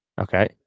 Okay